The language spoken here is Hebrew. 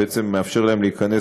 שבעצם מאפשר להם להיכנס,